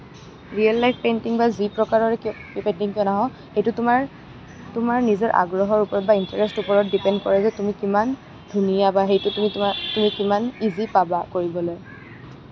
real life painting বা যি প্ৰকাৰৰে কিয় পেইণ্টিং নহওঁক সেইটো তোমাৰ তোমাৰ নিজৰ আগ্ৰহৰ ওপৰত বা ইণ্টাৰেষ্টৰ ওপৰত ডিপেণ্ড কৰে যে তুমি কিমান ধুনীয়া বা সেইটো তুমি তোমাৰ তুমি কিমান ইজি পাবা কৰিবলৈ